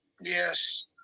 yes